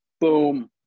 Boom